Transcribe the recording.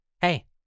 Hey